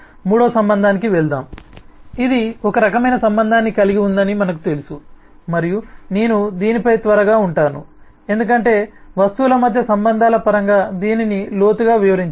3 వ సంబంధానికి వెళ్దాం ఇది ఒక రకమైన సంబంధాన్ని కలిగి ఉందని మనకు తెలుసు మరియు నేను దీనిపై త్వరగా ఉంటాను ఎందుకంటే వస్తువుల మధ్య సంబంధాల పరంగా దీనిని లోతుగా వివరించాము